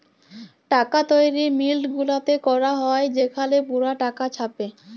টাকা তৈরি মিল্ট গুলাতে ক্যরা হ্যয় সেখালে পুরা টাকা ছাপে